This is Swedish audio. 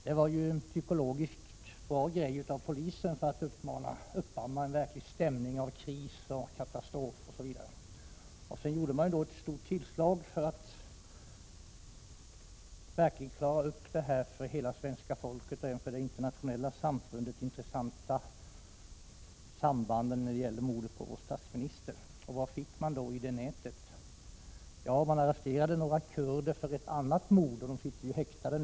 Det var ju en psykologiskt bra grej för polisen för att uppamma en stämning av kris och katastrof. Sedan gjorde man ett stort tillslag för att verkligen klara ut de för hela svenska folket och även för det internationella samfundet intressanta sambanden när det gäller mordet på vår statsminister. Vad fick man då i nätet? Ja, man arresterade några kurder för ett annat mord, och de sitter nu häktade.